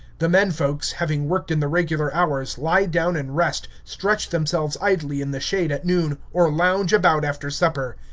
the men-folks, having worked in the regular hours, lie down and rest, stretch themselves idly in the shade at noon, or lounge about after supper.